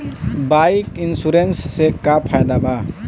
Bike insurance से का फायदा बा?